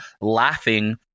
laughing